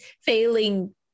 failing